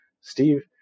Steve